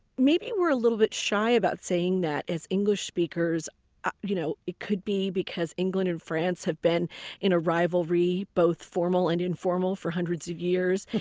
maybe we're a little bit shy about saying that as english-speakers. you know it could be because england and france have been in a rivalry, both formal and informal, for hundreds of years.